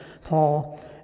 Paul